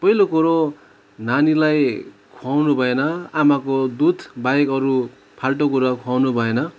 पहिलो कुरा नानीलाई खुवाउनु भएन आमाको दुध बाहेक अरु फाल्टु कुरो खुवाउनु भएन